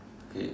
okay